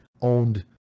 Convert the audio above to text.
owned